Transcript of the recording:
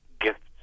gifts